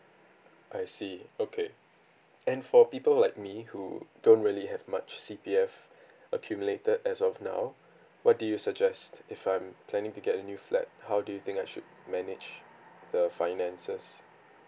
I see okay and for people like me who don't really have much C_P_F accumulated as of now what do you suggest if I'm planning to get a new flat how do you think I should manage the finances